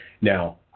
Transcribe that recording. Now